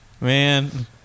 Man